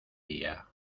día